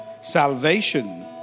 Salvation